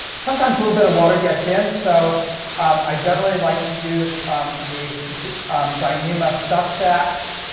sometimes a little bit of water gets in, so i generally like to use these dyneema stuff sacks